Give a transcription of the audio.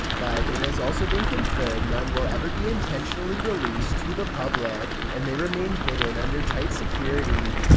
but it has also been confirmed none will ever be intentionally released to the public, and they remain hidden under tight security.